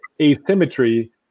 asymmetry